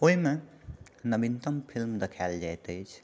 ओहिमे नवीनतम फिल्म देखाएल जाइत अछि